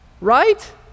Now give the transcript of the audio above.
right